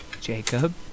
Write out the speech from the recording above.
jacob